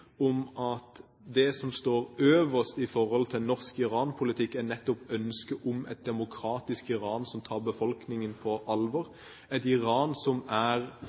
om at det som står øverst i forhold til den norske Iran-politikk, nettopp er ønsket om et demokratisk Iran som tar befolkningen på alvor, et Iran som ikke lenger er